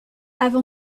avant